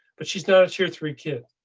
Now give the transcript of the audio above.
but she's not a tier three kids.